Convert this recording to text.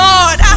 Lord